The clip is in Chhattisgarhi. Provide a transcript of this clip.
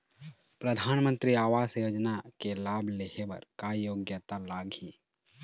परधानमंतरी आवास योजना के लाभ ले हे बर का योग्यता लाग ही?